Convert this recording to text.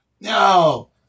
No